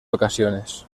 ocasiones